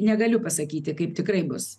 negaliu pasakyti kaip tikrai bus